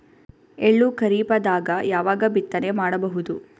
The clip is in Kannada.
ಎಳ್ಳು ಖರೀಪದಾಗ ಯಾವಗ ಬಿತ್ತನೆ ಮಾಡಬಹುದು?